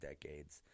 decades